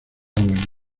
bueno